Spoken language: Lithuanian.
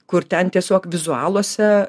kur ten tiesiog vizualuose